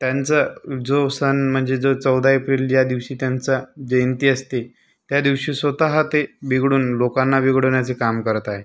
त्यांचं जो सण म्हणजे जो चौदा एप्रिल ज्या दिवशी त्यांचा जयंती असते त्यादिवशी स्वतः ते बिघडून लोकांना बिघडवण्याचे काम करत आहे